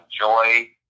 enjoy